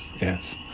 yes